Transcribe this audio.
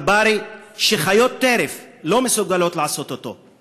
שחיות טרף לא מסוגלות לעשות אותו.